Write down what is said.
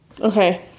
Okay